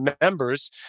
members